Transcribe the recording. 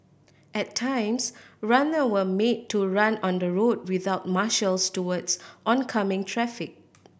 at times runner were made to run on the road without marshals towards oncoming traffic